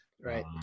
right